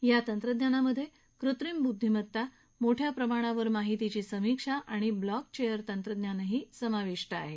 या तंत्रज्ञानाअंतर्गत कृत्रिम बुद्दीमत्ता मोठ्या प्रमाणावर माहितीची समिक्षा आणि ब्लॉक चेयर तंत्रज्ञानही सामाविष्ट आहे